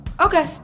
Okay